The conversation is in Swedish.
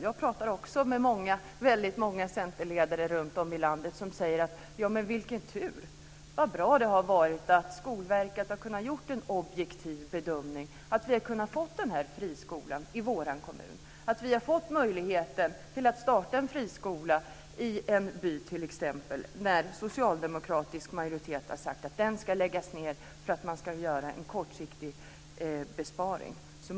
Jag talar också med väldigt många centerledare runtom i landet som säger: Vilken tur, vad bra det har varit att Skolverket har kunnat göra en objektiv bedömning och att vi har kunnat få en friskola i vår kommun, att vi har fått möjligheten att starta en friskola i en by när en socialdemokratisk majoritet har sagt att den ska läggas ned för att göra en kortsiktig besparing.